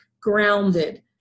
grounded